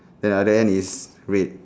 ya then is red